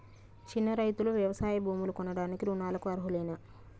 చిన్న రైతులు వ్యవసాయ భూములు కొనడానికి రుణాలకు అర్హులేనా?